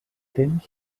temps